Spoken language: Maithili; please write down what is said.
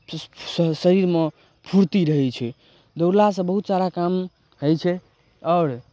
स् श शरीरमे फूर्ति रहै छै दौड़लासँ बहुत सारा काम होइ छै आओर